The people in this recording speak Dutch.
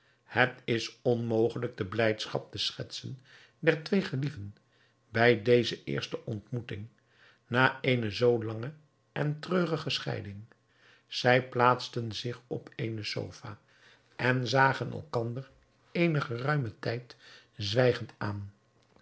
het is onmogelijk de blijdschap te schetsen der twee gelieven bij deze eerste ontmoeting na eene zoo lange en treurige scheiding zij plaatsten zich op eene sofa en zagen elkander eenen geruimen tijd zwijgend aan